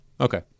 Okay